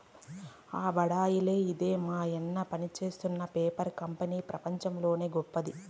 ఆ బడాయిలే ఇదే మాయన్న పనిజేత్తున్న పేపర్ కంపెనీ పెపంచంలోనే గొప్పది